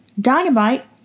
Dynamite